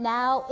Now